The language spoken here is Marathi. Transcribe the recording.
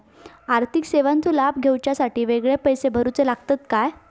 आर्थिक सेवेंचो लाभ घेवच्यासाठी वेगळे पैसे भरुचे लागतत काय?